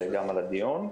גם על הדיון.